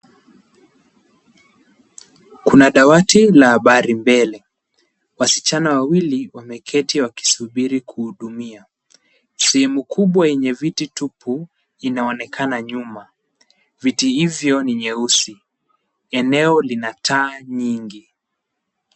Kuna dawati la habari mbele. Wasichana wawili wameketi wakisubiri kuhudumia. Sehemu kubwa yenye viti tupu, inaonekana nyuma. viti hivyo ni nyeusi. Eneo lina taa nyingi.